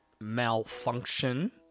malfunction